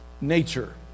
nature